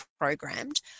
programmed